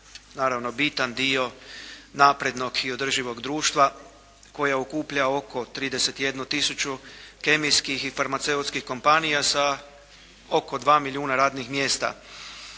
naravno bitan dio naprednog i održivog društva koja okuplja oko 31 tisuću kemijskih i farmaceutskih kompanija sa oko 2 milijuna radnih mjesta.